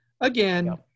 again